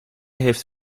heeft